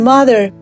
Mother